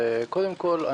קודם כול,